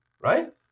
right